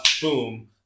boom